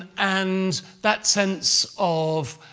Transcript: and that sense of.